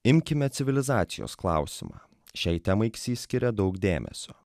imkime civilizacijos klausimą šiai temai ksi skiria daug dėmesio